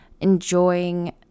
enjoying